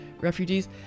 refugees